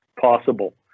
possible